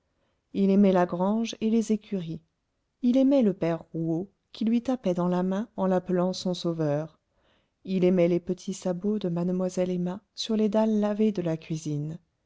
il aimait la grange et les écuries il aimait le père rouault qui lui tapait dans la main en l'appelant son sauveur il aimait les petits sabots de mademoiselle emma sur les dalles lavées de la cuisine